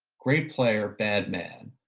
great player, bad man,